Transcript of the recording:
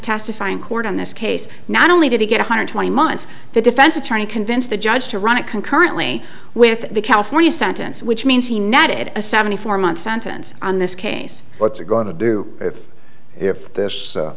testify in court on this case not only did he get one hundred twenty months the defense attorney convinced the judge to run it concurrently with the california sentence which means he netted a seventy four month sentence on this case what's he going to do if this